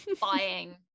buying